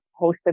hosted